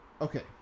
Okay